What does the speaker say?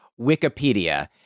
Wikipedia